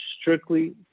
strictly